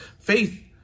faith